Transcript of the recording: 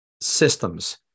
systems